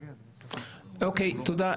תודה.